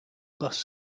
bus